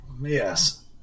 Yes